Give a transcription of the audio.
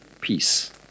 peace